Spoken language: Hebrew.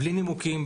בלי נימוקים,